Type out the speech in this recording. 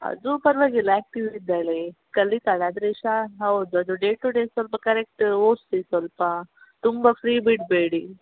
ಅದು ಪರವಾಗಿಲ್ಲ ಆ್ಯಕ್ಟಿವ್ ಇದ್ದಾಳೆ ಕಲಿತಾಳೆ ಆದರೆ ಶಾ ಹೌದು ಅದು ಡೇ ಟು ಡೇ ಸ್ವಲ್ಪ ಕರೆಕ್ಟ್ ಓದಿಸಿ ಸ್ವಲ್ಪ ತುಂಬ ಫ್ರೀ ಬಿಡಬೇಡಿ